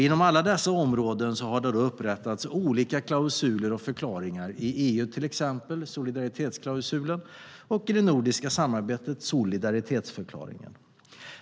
Inom alla dessa områden har det upprättats olika klausuler och förklaringar, i EU till exempel solidaritetsklausulen och i det nordiska samarbetet solidaritetsförklaringen.